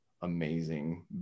Amazing